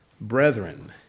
Brethren